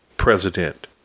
president